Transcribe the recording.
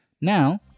Now